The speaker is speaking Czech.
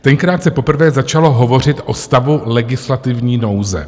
Tenkrát se poprvé začalo hovořit o stavu legislativní nouze.